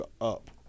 up